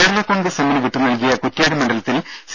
കേരള കോൺഗ്രസ് എമ്മിന് വിട്ടുനൽകിയ കുറ്റ്യാടി മണ്ഡലത്തിൽ സി